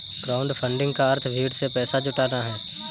crowdfunding का अर्थ भीड़ से पैसा जुटाना है